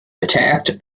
attacked